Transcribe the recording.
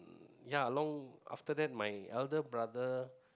ya along after that my elder brother